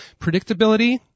predictability